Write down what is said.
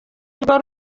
rwo